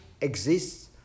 exists